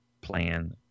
plan